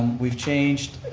we've changed.